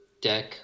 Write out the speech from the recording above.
deck